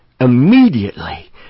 immediately